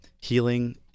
healing